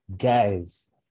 guys